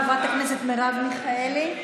חברת הכנסת מרב מיכאלי,